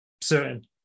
certain